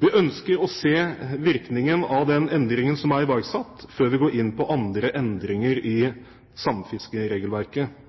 Vi ønsker å se virkningen av den endringen som er iverksatt, før vi går inn på andre endringer i samfiskeregelverket.